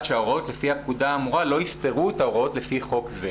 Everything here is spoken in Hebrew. שההוראות לפי הפקודה האמורה לא יסתרו את ההוראות לפי חוק זה".